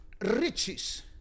riches